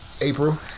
April